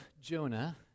Jonah